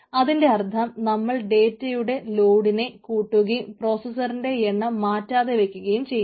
അതിന്റെ അർത്ഥം നമ്മൾ ഡേറ്റയുടെ ലോഡിനെ കൂട്ടുകയും പ്രോസസറിന്റെ എണ്ണം മാറ്റാതെ വയ്ക്കുകയും ചെയ്യുന്നു